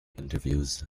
interviews